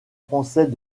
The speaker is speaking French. français